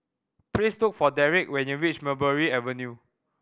please look for Deric when you reach Mulberry Avenue